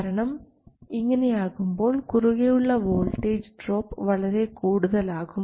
കാരണം ഇങ്ങനെയാകുമ്പോൾ കുറുകെയുള്ള വോൾട്ടേജ് ഡ്രോപ്പ് വളരെ കൂടുതലാകും